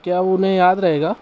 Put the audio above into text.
کیا انہیں یاد رہے گا